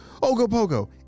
Ogopogo